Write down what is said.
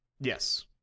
Yes